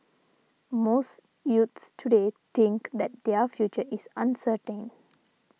most youths today think that their future is uncertain